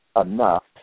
enough